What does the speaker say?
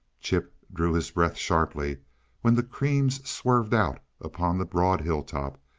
chip drew his breath sharply when the creams swerved out upon the broad hilltop,